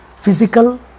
physical